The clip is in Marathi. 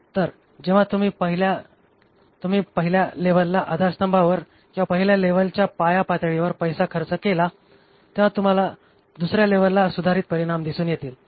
तर जेव्हा तुम्ही पहिल्या लेव्हलला आधारस्तंभावर किंवा पहिल्या लेव्हलच्या पाया पातळीवर पैसा खर्च केला तेव्हा तुम्हाला दुसऱ्या लेव्हलला सुधारित परिणाम दिसून येतील